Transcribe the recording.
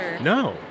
No